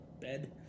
bed